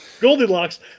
Goldilocks